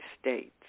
states